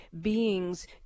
beings